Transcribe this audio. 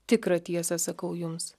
tikrą tiesą sakau jums